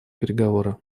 переговоры